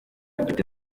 badepite